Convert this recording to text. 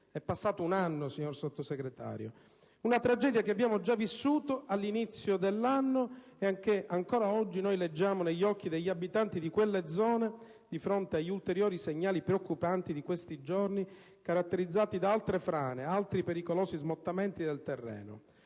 trascorso un anno, signor Sottosegretario). Una tragedia che abbiamo già vissuto all'inizio dell'anno e che ancora leggiamo negli occhi degli abitanti di quelle zone di fronte agli ulteriori segnali preoccupanti di questi giorni, caratterizzati da altre frane, altri pericolosi smottamenti del terreno.